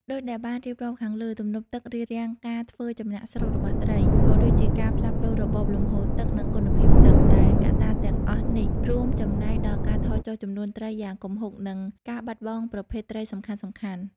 ដូចដែលបានរៀបរាប់ខាងលើ ទំនប់ទឹករារាំងការធ្វើចំណាកស្រុករបស់ត្រី ក៏ដូចជាការផ្លាស់ប្តូររបបលំហូរទឹក និងគុណភាពទឹក ដែលកត្តាទាំងអស់នេះរួមចំណែកដល់ការថយចុះចំនួនត្រីយ៉ាងគំហុក និងការបាត់បង់ប្រភេទត្រីសំខាន់ៗ។